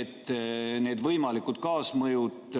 et need võimalikud kaasmõjud,